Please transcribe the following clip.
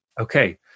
Okay